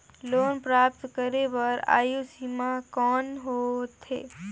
Loan प्राप्त करे बर आयु सीमा कौन होथे?